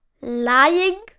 lying